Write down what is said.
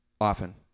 often